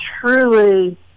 truly